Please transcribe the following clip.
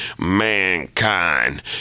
mankind